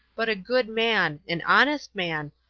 but a good man, an honest man,